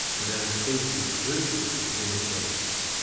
and our speech is crucial to communication.